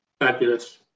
Fabulous